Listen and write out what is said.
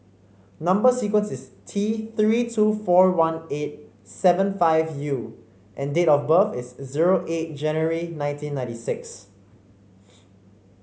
number sequence is T Three two four one eight seven five U and date of birth is zero eight January nineteen ninety six